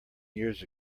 years